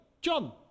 John